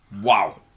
Wow